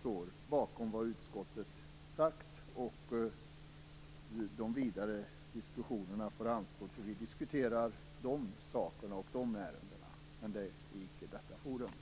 står bakom vad utskottet sagt. De vidare diskussionerna får anstå tills vi diskuterar dessa ärenden. De skall icke diskuteras i detta forum.